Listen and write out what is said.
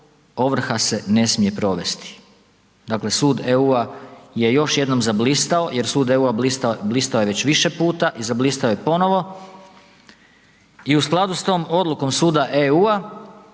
ovrha se ne smije provesti. Dakle, sud EU-a je još jednom zablistao jer sud EU-a blistao je već više puta i zablistao je ponovo i u skladu s tom odlukom suda EU-a